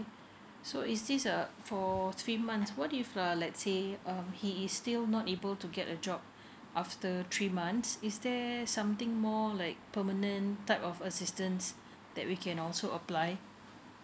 so is this uh for three months what if uh let's say um he is still not able to get a job after three months is there something more like permanent type of assistance that we can also apply